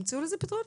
תמצאו לזה פתרונות.